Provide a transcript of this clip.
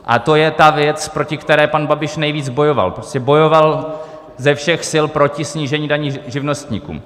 A to je ta věc, proti které pan Babiš nejvíc bojoval, prostě bojoval ze všech sil proti snížení daní živnostníkům.